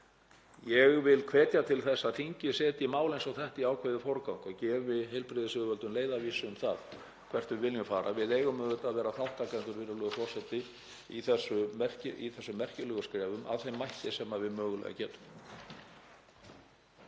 Ég vil hvetja til þess að þingið setji mál eins og þetta í ákveðinn forgang og gefi heilbrigðisyfirvöldum leiðarvísi um það hvert við viljum fara. Við eigum auðvitað að vera þátttakendur, virðulegur forseti, í þessum merkilegu skrefum af þeim mætti sem við mögulega getum.